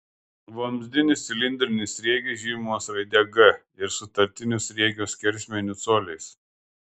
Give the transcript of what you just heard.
vamzdinis cilindrinis sriegis žymimas raide g ir sutartiniu sriegio skersmeniu coliais